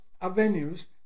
avenues